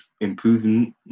improving